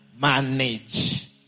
manage